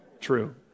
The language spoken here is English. True